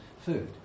food